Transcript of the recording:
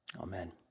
Amen